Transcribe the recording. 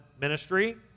ministry